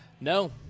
No